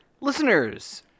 Listeners